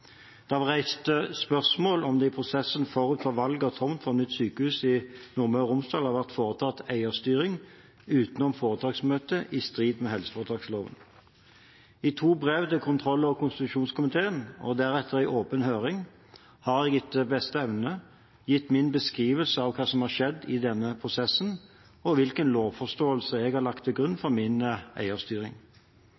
reist spørsmål om det i prosessen forut for valget av tomt for nytt sykehus i Nordmøre og Romsdal har vært foretatt eierstyring utenom foretaksmøtet i strid med helseforetaksloven. I to brev til kontroll- og konstitusjonskomiteen, og deretter i åpen høring, har jeg etter beste evne gitt min beskrivelse av hva som har skjedd i denne prosessen, og hvilken lovforståelse jeg har lagt til grunn for min eierstyring.